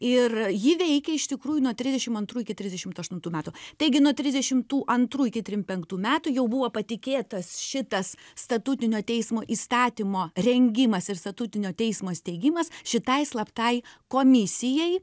ir ji veikė iš tikrųjų nuo trisdešim antrų iki trisdešimt aštuntų metų taigi nuo trisdešimtų antrų iki trim penktų metų jau buvo patikėtas šitas statutinio teismo įstatymo rengimas ir statutinio teismo steigimas šitai slaptai komisijai